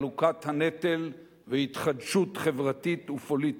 חלוקת הנטל והתחדשות חברתית ופוליטית,